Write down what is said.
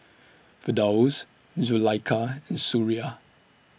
Firdaus Zulaikha and Suria